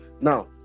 now